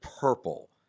purple